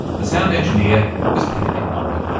the sound engineer was peter mcmurray.